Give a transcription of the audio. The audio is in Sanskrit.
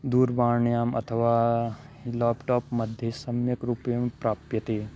दूरवाण्याम् अथवा लाप्टाप्मध्ये सम्यक् रूपेण प्राप्यते